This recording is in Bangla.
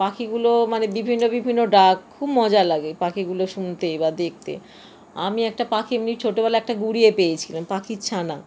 পাখিগুলো মানে বিভিন্ন বিভিন্ন ডাক খুব মজা লাগে পাখিগুলো শুনতে বা দেখতে আমি একটা পাখি এমনি ছোটোবেলায় একটা গুড়িয়ে পেয়েছিলাম পাখির ছানা